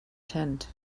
tent